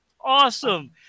Awesome